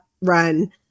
run